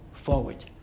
Forward